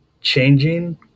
changing